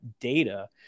data